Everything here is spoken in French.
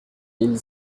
mille